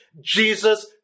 Jesus